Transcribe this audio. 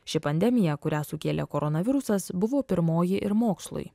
ši pandemija kurią sukėlė koronavirusas buvo pirmoji ir mokslui